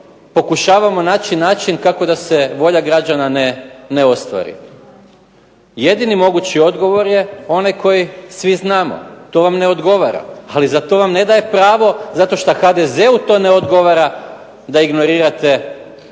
pokušavamo naći način kako da se volja građana ne ostvari. Jedini mogući odgovor je onaj koji svi znamo, to vam ne odgovara, ali za to vam ne daje pravo zato šta HDZ-u to ne odgovara da ignorirate želju